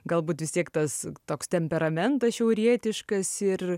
galbūt vis tiek tas toks temperamentas šiaurietiškas ir